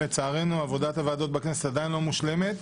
לצערנו עבודת הוועדות בכנסת עדיין לא מושלמת,